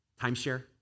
timeshare